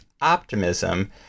optimism